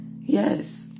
Yes